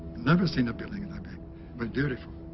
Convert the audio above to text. never seen a building and i mean but dutiful